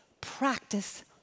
practice